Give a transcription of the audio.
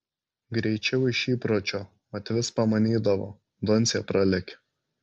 greičiau iš įpročio mat vis pamanydavo doncė pralekia